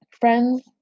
Friends